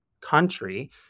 country